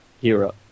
hero